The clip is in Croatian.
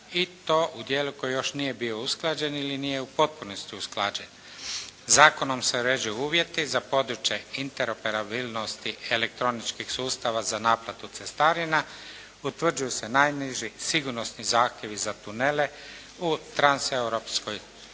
i to u dijelu koji još nije bio usklađen ili nije u potpunosti usklađen. Zakonom se uređuju uvjeti za područje interoperabilnosti elektroničkih sustava za naplatu cestarina, utvrđuju se najniži sigurnosni zahtjevi za tunele u transeuropskoj